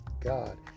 God